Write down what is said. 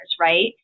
right